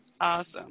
Awesome